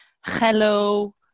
hello